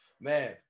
Man